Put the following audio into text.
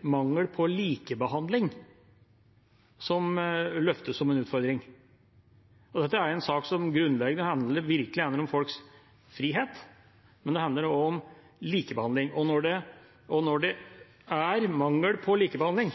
mangel på likebehandling som løftes fram som en utfordring. Dette er en sak som grunnleggende virkelig handler om folks frihet, men den handler også om likebehandling. Når det er mangel på likebehandling,